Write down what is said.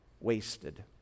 wasted